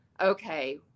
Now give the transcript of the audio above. okay